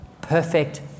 perfect